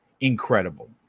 incredible